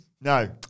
No